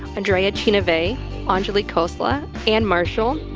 andrea cina bay anjalee khosla, anne marshall,